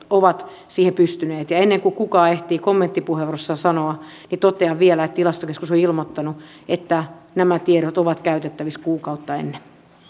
ovat siihen pystyneet ja ennen kuin kukaan ehtii kommenttipuheenvuorossaan sitä sanoa niin totean vielä että tilastokeskus on ilmoittanut että nämä tiedot ovat käytettävissä kuukautta ennen